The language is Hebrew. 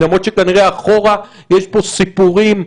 למרות שכנראה אחורה יש פה סיפורים,